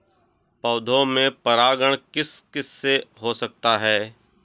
पौधों में परागण किस किससे हो सकता है?